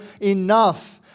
enough